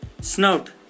Snout